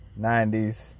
90s